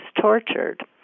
tortured